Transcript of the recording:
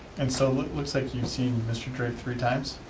and so it looks like you've seen mr. drake three times?